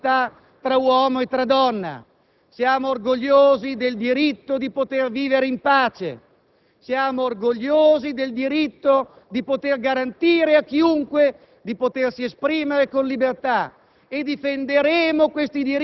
siamo orgogliosi della parità tra uomo e donna; siamo orgogliosi del diritto di poter vivere in pace; siamo orgogliosi del diritto garantito a chiunque di potersi esprimere con libertà.